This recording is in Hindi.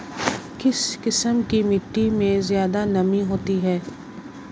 किस किस्म की मिटटी में ज़्यादा नमी होती है?